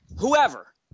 whoever